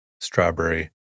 strawberry